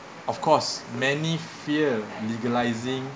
of course many fear legalizing